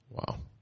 Wow